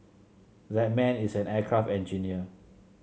that man is an aircraft engineer